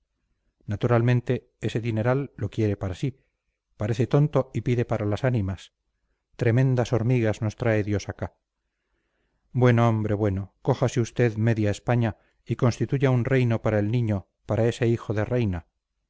naturalmente ese dineral lo quiere para sí parece tonto y pide para las ánimas tremendas hormigas nos trae dios acá bueno hombre bueno cójase usted media españa y constituya un reino para el niño para ese hijo de reina